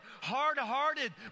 hard-hearted